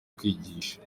kwigisha